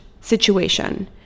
situation